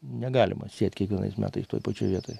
negalima sėt kiekvienais metais toj pačioj vietoj